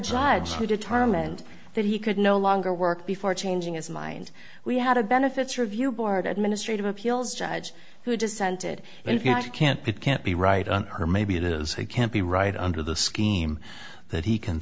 judge who determined that he could no longer work before changing his mind we had a benefits review board administrative appeals judge who dissented if you can't it can't be right on her made it is he can't be right under the scheme that he can